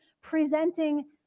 presenting